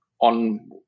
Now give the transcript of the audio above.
on